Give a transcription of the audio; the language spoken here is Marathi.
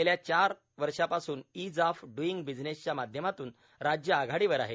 गेल्या चार वर्षापासून शइज ऑफ ड्ईग जनतेच्या माध्यमातून राज्य आघाडीवर आहे